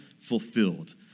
fulfilled